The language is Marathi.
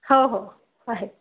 हो हो आहे